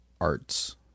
arts